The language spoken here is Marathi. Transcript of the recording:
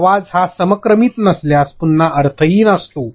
आवाज हा समक्रमित नसल्यास पुन्हा अर्थहीन असतो